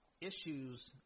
issues